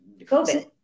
COVID